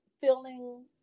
feeling